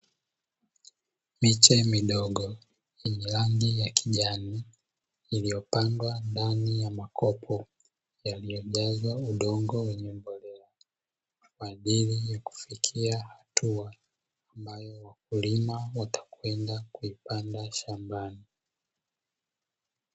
Miche midogo yenye rangi ya kijani iliyopandwa ndani ya makopo yaliyojazwa udongo wenye mbolea kwa ajili ya kufikia hatua ambayo wakulima watakwenda kuipanda shambani.